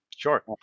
Sure